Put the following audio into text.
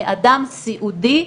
מאדם סיעודי,